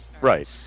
Right